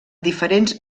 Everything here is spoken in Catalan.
diferents